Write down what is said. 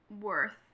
worth